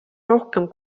rohkem